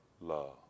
love